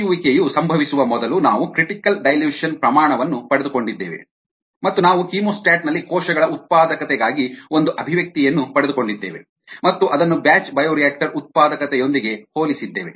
ತೊಳೆಯುವಿಕೆಯು ಸಂಭವಿಸುವ ಮೊದಲು ನಾವು ಕ್ರಿಟಿಕಲ್ ಡೈಲ್ಯೂಷನ್ ಪ್ರಮಾಣವನ್ನು ಪಡೆದುಕೊಂಡಿದ್ದೇವೆ ಮತ್ತು ನಾವು ಕೀಮೋಸ್ಟಾಟ್ ನಲ್ಲಿ ಕೋಶಗಳ ಉತ್ಪಾದಕತೆಗಾಗಿ ಒಂದು ಅಭಿವ್ಯಕ್ತಿಯನ್ನು ಪಡೆದುಕೊಂಡಿದ್ದೇವೆ ಮತ್ತು ಅದನ್ನು ಬ್ಯಾಚ್ ಬಯೋರಿಯಾಕ್ಟರ್ ಉತ್ಪಾದಕತೆಯೊಂದಿಗೆ ಹೋಲಿಸಿದ್ದೇವೆ